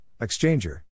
Exchanger